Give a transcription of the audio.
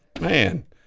man